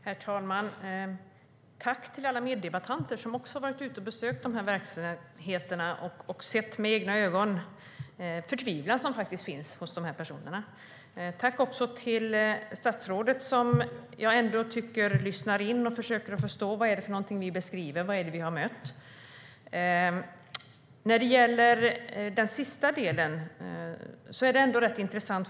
Herr talman! Tack till alla meddebattörer som också har varit ute och besökt dessa verksamheter och med egna ögon sett den förtvivlan som finns hos dessa personer. Tack också till statsrådet, som jag ändå tycker lyssnar in och försöker förstå vad det är vi har mött och nu försöker beskriva. Den sista delen är rätt intressant.